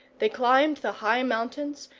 they climbed the high mountains,